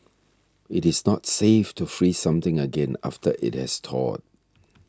it is not safe to freeze something again after it has thawed